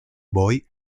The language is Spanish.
boy